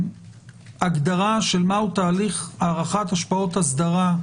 בהגדרה של מהו תהליך הערכת השפעות אסדרה,